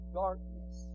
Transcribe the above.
darkness